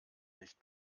nicht